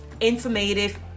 informative